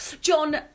John